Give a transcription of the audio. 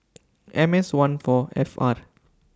M S one four F R